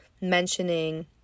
mentioning